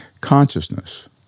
consciousness